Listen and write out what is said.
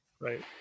right